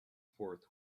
forth